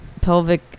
pelvic